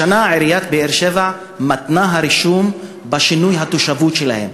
השנה עיריית באר-שבע מתנה את הרישום בשינוי התושבות שלהם,